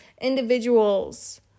Individuals